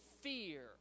fear